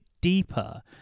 deeper